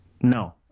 no